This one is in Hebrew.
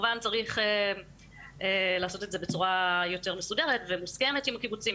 כמובן צריך לעשות את זה בצורה יותר מסודרת ומוסכמת עם הקיבוצים,